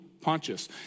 Pontius